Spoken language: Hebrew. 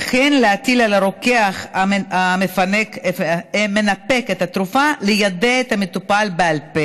וכן להטיל על הרוקח המנפק את התרופה ליידע את המטופל בעל פה